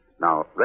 Now